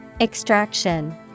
Extraction